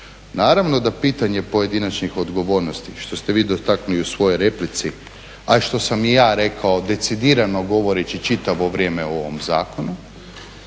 Naravno da pitanje pojedinačnih odgovornosti što ste vi dotaknuli i u svojoj replici a i što sam i ja rekao decidirano govoreći čitavo vrijeme o ovom zakonu